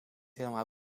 helemaal